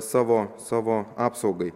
savo savo apsaugai